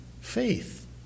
faith